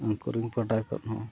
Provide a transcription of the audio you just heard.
ᱩᱱᱠᱩ ᱨᱤᱱ ᱯᱟᱦᱴᱟ ᱠᱷᱚᱱ ᱦᱚᱸ